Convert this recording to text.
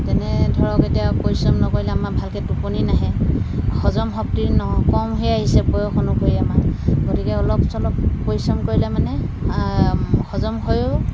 যেনে ধৰক এতিয়া পৰিশ্ৰম নকৰিলে আমাৰ ভালকৈ টোপনি নাহে হজম শক্তি নহয় কম হৈ আহিছে বয়স অনুসৰি আমাৰ গতিকে অলপ চলপ পৰিশ্ৰম কৰিলে মানে হজম হয়ো